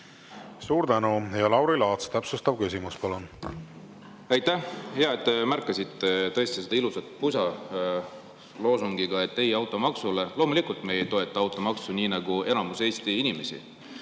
Suur tänu! Lauri Laats, täpsustav küsimus, palun! Aitäh! Hea, et te märkasite tõesti seda ilusat pusa loosungiga "Ei automaksule". Loomulikult me ei toeta automaksu, nii nagu enamik Eesti inimesi.